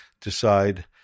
decide